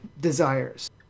desires